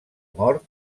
mort